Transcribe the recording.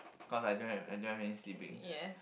cause I don't have I don't have any siblings